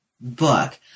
book